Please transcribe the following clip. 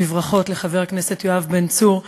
בברכות לחבר הכנסת יואב בן צור,